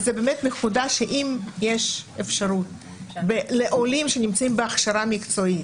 וזה באמת נקודה שאם יש אפשרות לעולים שנמצאים בהכשרה מקצועית